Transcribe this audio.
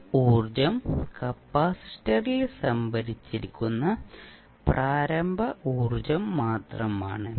ഈ ഊർജ്ജം കപ്പാസിറ്ററിൽ സംഭരിച്ചിരുന്ന പ്രാരംഭ ഊർജ്ജം മാത്രമാണ്